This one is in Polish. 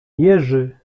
jerzy